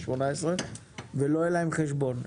18 ולא היה להם חשבון.